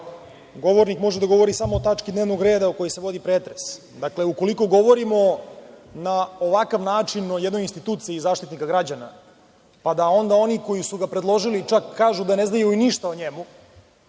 govornik može da govori samo o tački dnevnog reda o kojoj se vodi pretrese. Dakle, ukoliko govorimo na ovakav način o jednoj instituciji Zaštitnika građana, pa da onda oni koji su ga predložili čak kažu da ne znaju ništa o njemu,